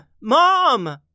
Mom